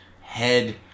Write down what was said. head